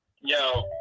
yo